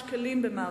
משמעות.